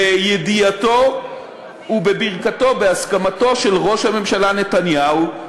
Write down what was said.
בידיעתו ובברכתו, בהסכמתו של ראש הממשלה נתניהו,